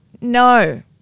No